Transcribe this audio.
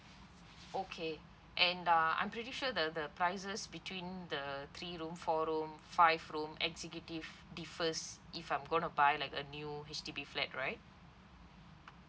okay and uh I'm pretty sure the the prices between the three room four room five room executive di~ differs if I'm gonna buy like a new H_D_B flat right